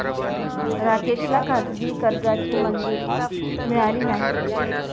राकेशला खाजगी कर्जाची मंजुरी मिळाली नाही